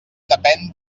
depèn